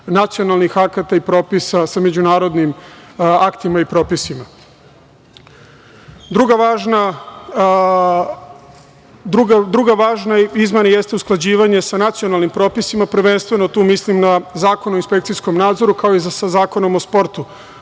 nacionalnih akata i propisa sa međunarodnim aktima i propisima. Druga važna izmena jeste usklađivanje sa nacionalnim propisima. Prvenstveno tu mislim na Zakon o inspekcijskom nadzoru, kao i sa Zakonom o sportu.